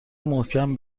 محکم